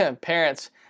Parents